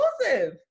exclusive